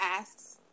asks